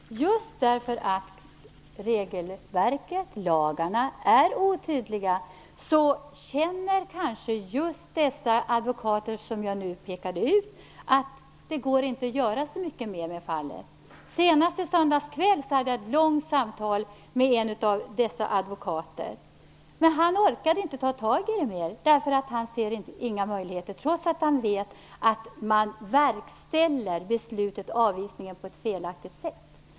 Herr talman! Just därför att regelverket och lagarna är otydliga känner kanske just dessa advokater som jag pekade ut att det inte går att göra så mycket mer med fallen. Senast i söndags kväll hade jag ett långt samtal med en av dessa advokater. Men han orkade inte ta tag i detta mer därför att han inte ser några möjligheter, trots att han vet att man verkställer avvisningsbeslutet på ett felaktigt sätt.